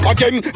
Again